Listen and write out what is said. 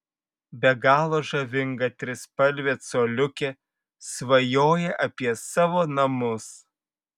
be galo žavinga trispalvė coliukė svajoja apie savo namus